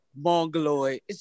mongoloid